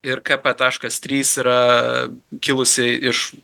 ir kp taškas trys yra kilusi iš